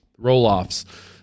Roloffs